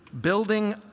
Building